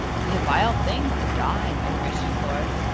tis a vile thing to die, my gracious lord,